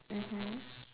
mmhmm